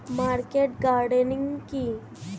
Market gardening কি?